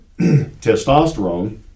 testosterone